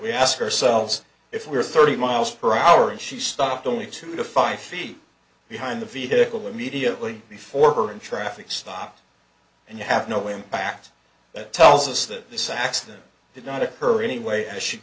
we ask ourselves if we were thirty miles per hour and she stopped only two to five feet behind the vehicle immediately before her in traffic stop and you have no impact that tells us that this accident did not occur anyway